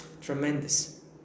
tremendous